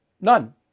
None